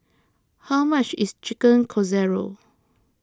how much is Chicken Casserole